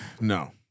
No